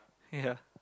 ya